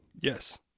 Yes